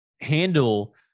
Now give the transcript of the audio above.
handle